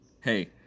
Hey